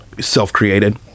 self-created